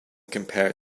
compare